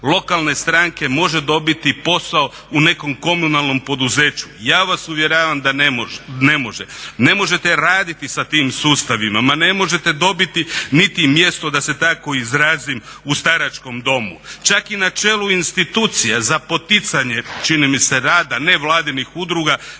lokalne stranke može dobiti posao u nekom komunalnom poduzeću? Ja vas uvjeravam da ne može. Ne možete raditi sa tim sustavima. Ma ne možete dobiti niti mjesto da se tako izrazim u staračkom domu. Čak i na čelu institucija za poticanje čini mi se rada nevladinih udruga